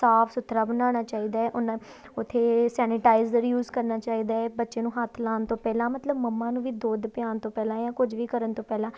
ਸਾਫ ਸੁਥਰਾ ਬਣਾਉਣਾ ਚਾਹੀਦਾ ਹੈ ਉਹਨਾਂ ਉੱਥੇ ਸੈਨੀਟਾਈਜ਼ਰ ਯੂਜ ਕਰਨਾ ਚਾਹੀਦਾ ਹੈ ਬੱਚੇ ਨੂੰ ਹੱਥ ਲਾਉਣ ਤੋਂ ਪਹਿਲਾਂ ਮਤਲਬ ਮੰਮਾ ਨੂੰ ਵੀ ਦੁੱਧ ਪਿਆਉਣ ਤੋਂ ਪਹਿਲਾਂ ਜਾਂ ਕੁਝ ਵੀ ਕਰਨ ਤੋਂ ਪਹਿਲਾਂ